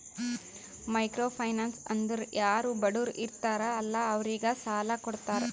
micro finance ಅಂದುರ್ ಯಾರು ಬಡುರ್ ಇರ್ತಾರ ಅಲ್ಲಾ ಅವ್ರಿಗ ಸಾಲ ಕೊಡ್ತಾರ್